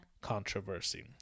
Controversy